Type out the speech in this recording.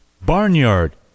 barnyard